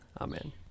Amen